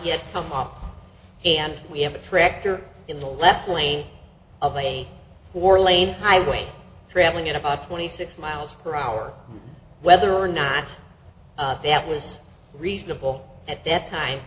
up and we have a tractor in the left lane of a four lane highway travelling at about twenty six miles per hour whether or not that was reasonable at that time